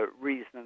reason